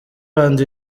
rwanda